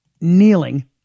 kneeling